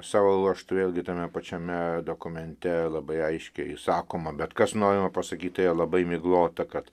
savo ruožtu vėlgi tame pačiame dokumente labai aiškiai sakoma bet kas norima pasakyti tai yra labai miglota kad